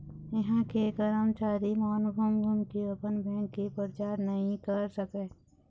इहां के करमचारी मन घूम घूम के अपन बेंक के परचार नइ कर सकय